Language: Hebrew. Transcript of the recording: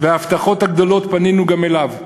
וההבטחות הגדולות, פנינו גם אליו.